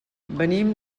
venim